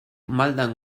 maldan